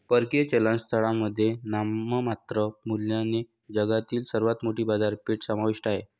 परकीय चलन स्थळांमध्ये नाममात्र मूल्याने जगातील सर्वात मोठी बाजारपेठ समाविष्ट आहे